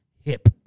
hip